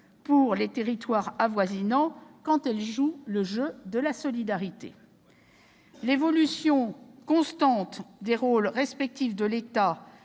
pour les territoires avoisinants, quand elles jouent le jeu de la solidarité, ou à l'évolution constante des rôles respectifs de l'État